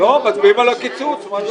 מי בעד ההעברה?